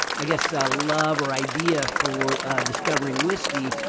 i guess, love or idea for discovering whiskey.